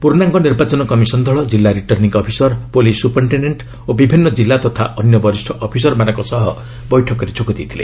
ପୁର୍ଣ୍ଣାଙ୍ଗ ନିର୍ବାଚନ କମିଶନ୍ ଦଳ ଜିଲ୍ଲା ରିଟର୍ଣ୍ଣିଂ ଅଫିସର୍ ପୁଲିସ୍ ସୁପରିଟେଶ୍ଡେଣ୍ଟ୍ ଓ ବିଭିନ୍ନ କିଲ୍ଲା ତଥା ଅନ୍ୟ ବରିଷ୍ଣ ଅଫିସର୍ମାନଙ୍କ ସହ ବୈଠକରେ ଯୋଗ ଦେଇଥିଲେ